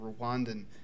Rwandan